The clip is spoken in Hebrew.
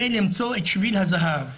ולמצוא את שביל הזהב: